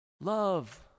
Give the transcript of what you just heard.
Love